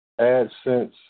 AdSense